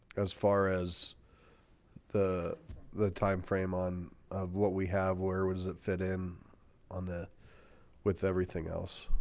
as far as the the time frame on of what we have where what does it fit in on the with everything else?